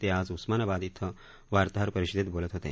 ते आज उस्मानाबाद इथं वार्ताहर परिषदेत बोलत होते